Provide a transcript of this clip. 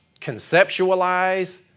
conceptualize